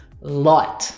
light